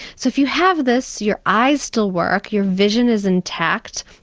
so if you have this your eyes still work, your vision is intact,